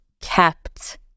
kept